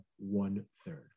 one-third